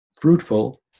fruitful